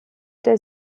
der